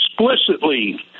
explicitly